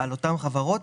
ובין אותן הלוואות